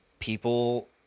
People